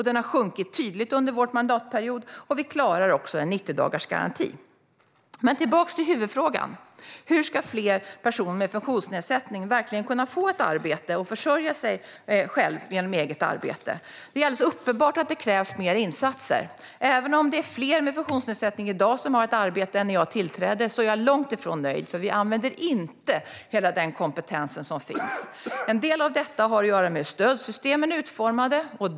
Den har sjunkit tydligt under mandatperioden. Vi klarar också en 90-dagarsgaranti. Men vi går tillbaka till huvudfrågan: Hur ska fler personer med funktionsnedsättning kunna få ett arbete och försörja sig själva genom eget arbete? Det är uppenbart att det krävs mer insatser. Även om det är fler med funktionsnedsättning som har ett arbete i dag än när jag tillträdde är jag långt ifrån nöjd. Vi använder ju inte hela den kompetens som finns. En del av detta har att göra med hur stödsystemen är utformade.